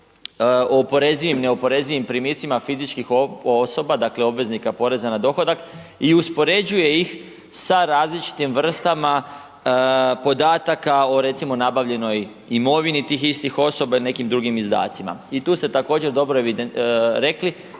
o oporezivim i neoporezivim primicima fizičkih osoba, dakle obveznika poreza na dohodak i uspoređuje ih sa različitim vrstama podataka, o recimo, nabavljenoj imovini tih istih osoba ili nekim drugim izdacima i tu se također, dobro rekli,